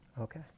Okay